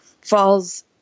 falls